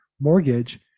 mortgage